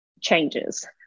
changes